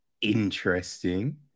interesting